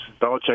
Belichick